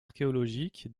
archéologiques